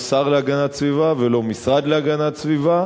לא שר להגנת סביבה ולא משרד להגנת סביבה